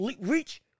Reach